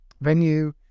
venue